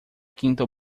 quinta